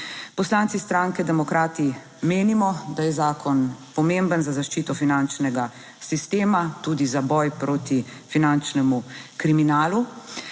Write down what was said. Poslanci stranke Demokrati menimo, da je zakon pomemben za zaščito finančnega sistema, tudi za boj proti finančnemu kriminalu.